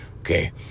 Okay